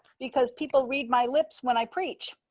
because people read my lips when i preach.